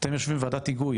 אתם יושבים וועדת היגוי,